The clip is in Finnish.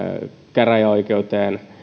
käräjäoikeuteen